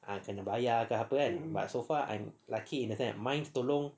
ah kena bayar ke apa kan but so far I'm lucky in the sense minds tolong